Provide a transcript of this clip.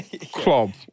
Club